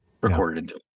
recorded